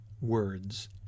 words